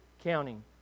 counting